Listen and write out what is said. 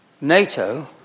NATO